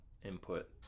input